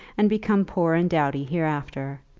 and become poor and dowdy hereafter,